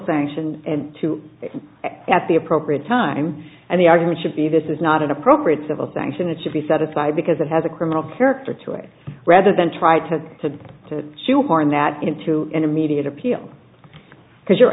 sanction and to the appropriate time and the argument should be this is not an appropriate civil sanction it should be set aside because it has a criminal character to a rather than try to to to shoehorn that into an immediate appeal because you're